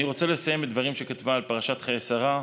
אני רוצה לסיים בדברים שכתבה על פרשת חיי שרה,